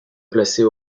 placées